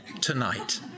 tonight